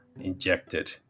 injected